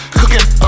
cooking